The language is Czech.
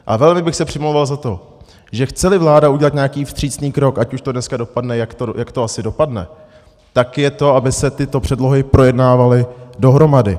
A velmi bych se přimlouval za to, že chceli vláda udělat nějaký vstřícný krok, ať už to dneska dopadne, jak to asi dopadne, tak je to, aby se tyto předlohy projednávaly dohromady.